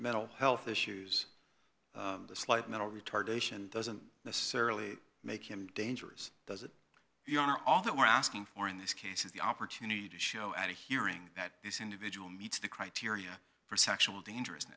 mental health issues the slight mental retardation doesn't necessarily make him dangerous does it we are all that we're asking for in this case is the opportunity to show at a hearing that this individual meets the criteria for sexual dangerous